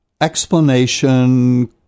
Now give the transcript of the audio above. explanation